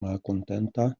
malkontenta